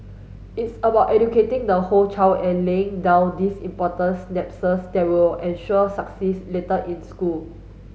it's about educating the whole child and laying down these important synapses that will ensure success later in school